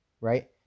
right